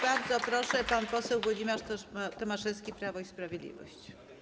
Bardzo proszę, pan poseł Włodzimierz Tomaszewski, Prawo i Sprawiedliwość.